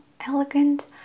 elegant